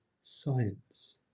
science